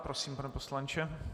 Prosím, pane poslanče.